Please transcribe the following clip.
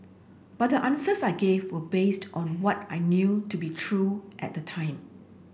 but the answers I gave were based on what I knew to be true at the time